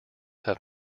have